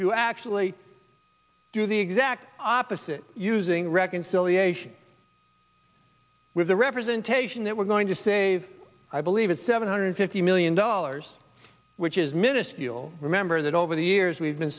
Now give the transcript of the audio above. to actually do the exact opposite using reconciliation with the representation that we're going to save i believe it's seven hundred fifty million dollars which is minuscule remember that over the years we've been